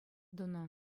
тунӑ